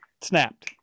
snapped